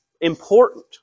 important